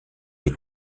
des